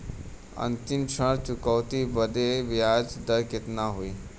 अंतिम ऋण चुकौती बदे ब्याज दर कितना होई?